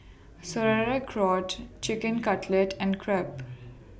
Sauerkraut Chicken Cutlet and Crepe